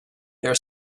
their